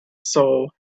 soul